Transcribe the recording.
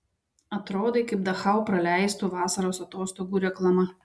atrodai kaip dachau praleistų vasaros atostogų reklama